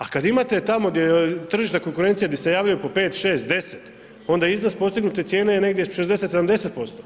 A kad imate tamo gdje je tržišna konkurencija, gdje se javljaju po 5, 6, 10 onda iznos postignute cijene je negdje 60, 70%